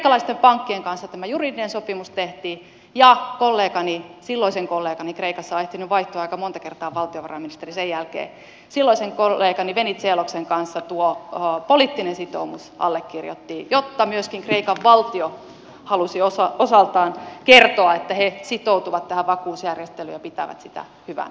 kreikkalaisten pankkien kanssa tämä juridinen sopimus tehtiin ja kollegani silloisen kollegani kreikassa on ehtinyt vaihtua aika monta kertaa valtiovarainministeri sen jälkeen venizeloksen kanssa tuo poliittinen sitoumus allekirjoitettiin koska myöskin kreikan valtio halusi osaltaan kertoa että he sitoutuvat tähän vakuusjärjestelyyn ja pitävät sitä hyvänä